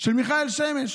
של מיכאל שמש